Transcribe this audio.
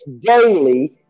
daily